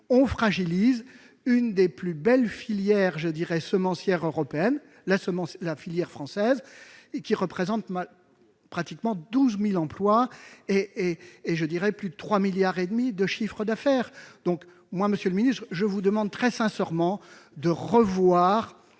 On fragilise l'une des plus belles filières semencières européennes, la filière française, qui représente pratiquement 12 000 emplois et plus de 3,5 milliards d'euros de chiffre d'affaires. Monsieur le secrétaire d'État, je vous demande très sincèrement de revoir